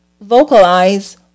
vocalize